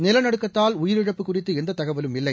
நிலநடுக்கத்தால் உயிரிழப்பு குறித்து எந்த தகவலும் இல்லை